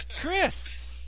Chris